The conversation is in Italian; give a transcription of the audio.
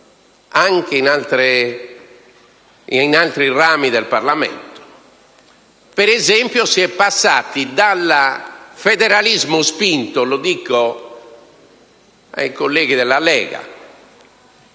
anche nell'altro ramo del Parlamento, per esempio, si è passati dal federalismo spinto ‑ lo dico ai colleghi della Lega